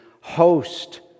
host